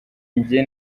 njye